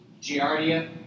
Giardia